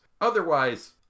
Otherwise